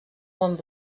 mont